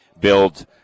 build